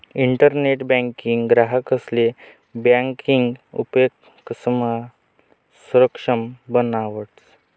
internet banking ग्राहकंसले banking उपक्रमसमा सक्षम बनावस